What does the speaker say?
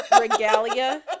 regalia